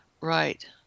Right